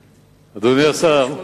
לשאול: